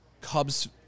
Cubs